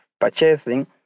purchasing